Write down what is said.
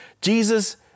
Jesus